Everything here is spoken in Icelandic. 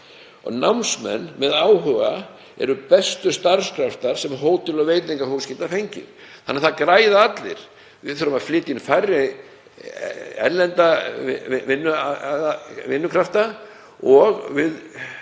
Námsmenn með áhuga eru bestu starfskraftar sem hótel og veitingahús geta fengið þannig að það græða allir. Við þurfum að flytja inn færri erlenda vinnukrafta og